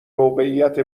موقعیت